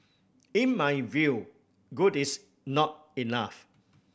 in my view good is not enough